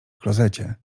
klozecie